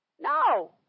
No